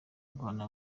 guhana